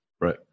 Right